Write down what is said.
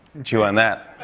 chew on that.